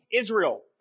Israel